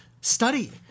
Study